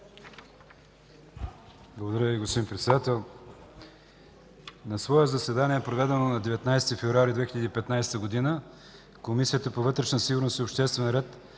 Благодаря Ви, господин Председател. „На свое заседание, проведено на 19 февруари 2015 г. Комисията по вътрешна сигурност и обществен ред